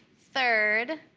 third